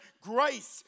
grace